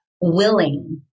willing